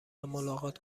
ملاقات